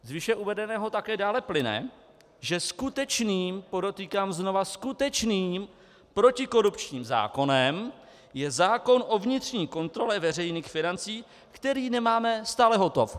Z výše uvedeného také dále plyne, že skutečným podotýkám znova: skutečným protikorupčním zákonem je zákon o vnitřní kontrole veřejných financí, který nemáme stále hotov.